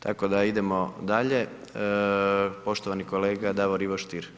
Tako da idemo dalje, poštovani kolega Davor Ivo Stier.